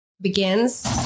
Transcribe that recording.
begins